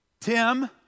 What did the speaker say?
Tim